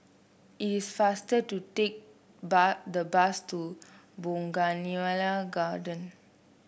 it is faster to take the bus to Bougainvillea Garden